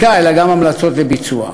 המלצות לביצוע.